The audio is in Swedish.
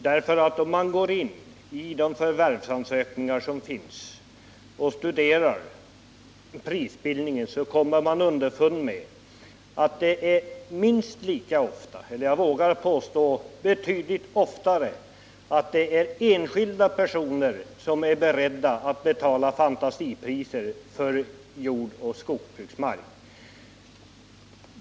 Om man studerar prisbildningen i de förvärvsansökningar som finns kommer man underfund med att det minst lika ofta jag vågar påstå betydligt oftare — är enskilda personer som är beredda att betala fantasipriser för jordoch skogsbruksmark.